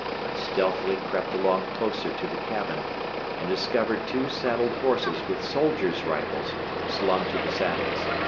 i stealthily crept along closer to the cabin and discovered two saddled horses with soldiers' rifles slung to the saddles.